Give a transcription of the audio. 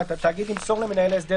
(1)התאגיד ימסור למנהל ההסדר,